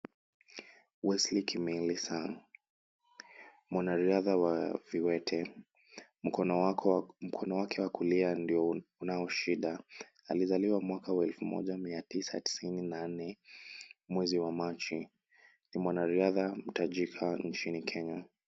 Wesley Kimeli Sang mwanariadha wa viwete, mkono wake wa kulia ndio unao shida . Alizaliwa mwaka wa elfu moja mia tisa tisini na nne mwezi wa Machi . Ni mwanariadha mtajika nchini Kenya.